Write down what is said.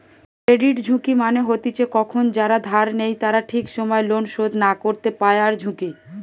credit ঝুঁকি মানে হতিছে কখন যারা ধার নেই তারা ঠিক সময় লোন শোধ না করতে পায়ারঝুঁকি